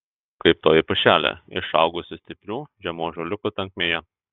kaip toji pušelė išaugusi stiprių žemų ąžuoliukų tankmėje